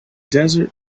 desert